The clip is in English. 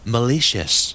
Malicious